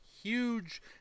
huge